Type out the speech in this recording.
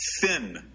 thin